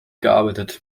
gearbeitet